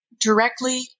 directly